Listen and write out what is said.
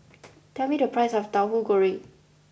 tell me the price of Tauhu Goreng